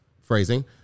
Phrasing